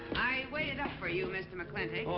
i waited up for you, mr. mclintock. oh,